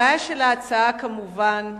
הבעיה של ההצעה, כמובן,